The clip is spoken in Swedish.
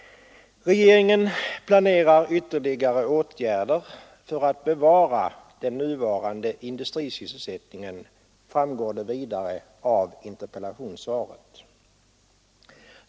Regeringen planerar ytterligare åtgärder för att bevara den nuvarande industrisysselsättningen, framgår det vidare av interpellationssvaret.